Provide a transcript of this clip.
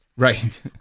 Right